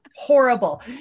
horrible